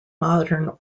modern